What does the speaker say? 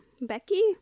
becky